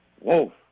Whoa